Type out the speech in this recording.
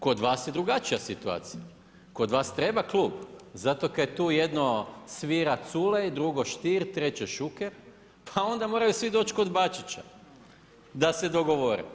Kod vas je drugačija situacija, kod vas treba klub zato kaj tu jedno svira Culej, drugo Stier, treće Šuker, pa onda moraju svi doći kod Bačića da se dogovore.